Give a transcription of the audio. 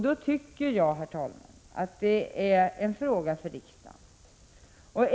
Då, herr talman, tycker jag att det är en fråga för riksdagen.